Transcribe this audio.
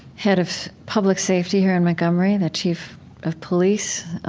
head of public safety here in montgomery, the chief of police,